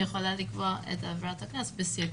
היא יכולה לקבוע את עבירת הקנס בסייגים.